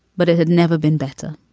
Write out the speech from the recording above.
but it had never been better